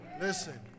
Listen